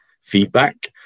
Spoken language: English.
feedback